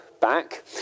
back